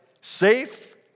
safe